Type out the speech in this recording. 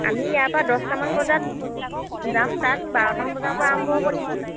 আমি ইয়াৰপৰা দহটামান বজাত যাম তাত বাৰটামান বজাৰপৰা আৰম্ভ হ'ব নেকি